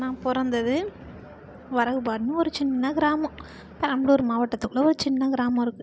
நான் பிறந்தது வரகுபாடுனு ஒரு சின்ன கிராமம் பெரம்பலூர் மாவட்டத்துக்குள்ளே ஒரு சின்ன கிராமம் இருக்குது